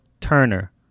Turner